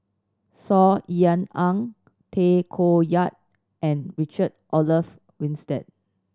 Saw Ean Ang Tay Koh Yat and Richard Olaf Winstedt